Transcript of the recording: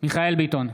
מיכאל מרדכי ביטון,